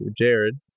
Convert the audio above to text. jared